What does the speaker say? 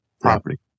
property